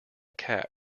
cat